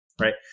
right